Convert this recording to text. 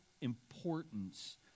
importance